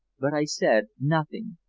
but i said nothing.